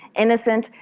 innocent,